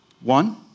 one